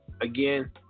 Again